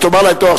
ותאמר להם: טוב,